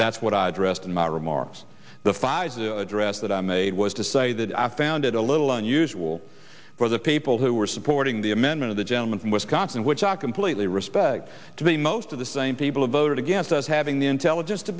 that's what i addressed in my remarks the pfizer address that i made was to say that i found it a little unusual for the people who were supporting the amendment of the gentleman from wisconsin which i completely respect to be most of the same people who voted against us having the intelligence to